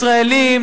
ישראלים,